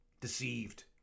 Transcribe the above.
Deceived